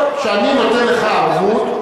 כשאני נותן לך ערבות,